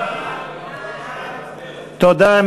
תודה.